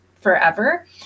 forever